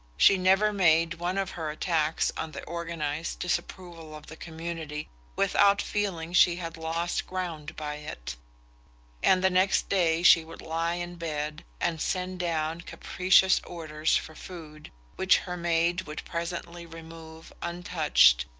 she never made one of her attacks on the organized disapproval of the community without feeling she had lost ground by it and the next day she would lie in bed and send down capricious orders for food, which her maid would presently remove untouched,